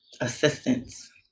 assistance